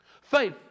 Faith